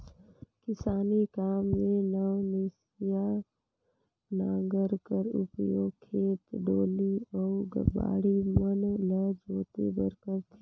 किसानी काम मे नवनसिया नांगर कर उपियोग खेत, डोली अउ बाड़ी मन ल जोते बर करथे